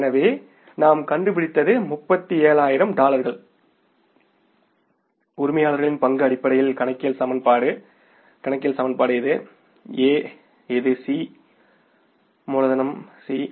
எனவே நாம் கண்டுபிடித்தது 37000 டாலர்கள் உரிமையாளரின் பங்கு அடிப்படையில் கணக்கியல் சமன்பாடு இது A இது C மூலதனம் C